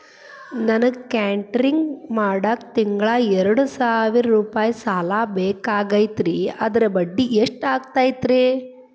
ನನಗ ಕೇಟರಿಂಗ್ ಮಾಡಾಕ್ ತಿಂಗಳಾ ಎರಡು ಸಾವಿರ ರೂಪಾಯಿ ಸಾಲ ಬೇಕಾಗೈತರಿ ಅದರ ಬಡ್ಡಿ ಎಷ್ಟ ಆಗತೈತ್ರಿ?